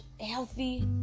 healthy